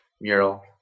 mural